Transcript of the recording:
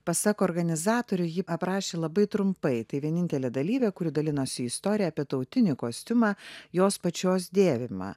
pasak organizatorių ji aprašė labai trumpai tai vienintelė dalyvė kuri dalinosi istorija apie tautinį kostiumą jos pačios dėvimą